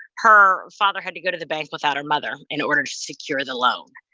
her father had to go to the bank without her mother in order to secure the loan.